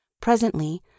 Presently